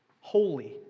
holy